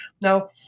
Now